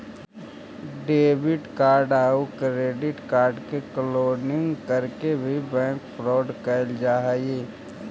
debit card आउ credit card के cloning करके भी बैंक फ्रॉड कैल जा हइ